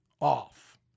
off